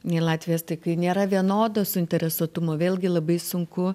nei latviai estai kai nėra vienodo suinteresuotumo vėlgi labai sunku